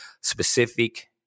Specific